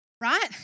Right